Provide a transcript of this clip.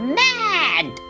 mad